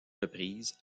reprises